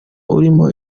urimo